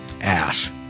ass